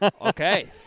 Okay